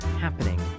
happening